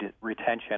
retention